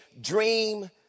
dream